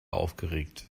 aufgeregt